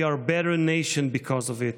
We are a better nation because of it,